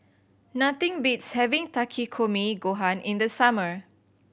nothing beats having Takikomi Gohan in the summer